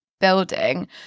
building